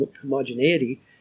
homogeneity